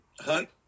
hunt